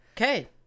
okay